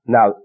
Now